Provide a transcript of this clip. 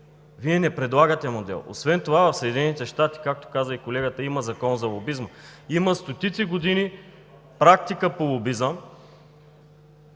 Вие не предлагате модел! Освен това в Съединените щати, както каза и колегата, има Закон за лобизма. Има стотици години практика по лобизъм.